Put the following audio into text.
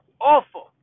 awful